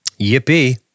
Yippee